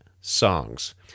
songs